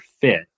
fit